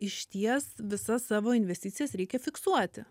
išties visas savo investicijas reikia fiksuoti